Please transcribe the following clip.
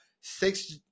six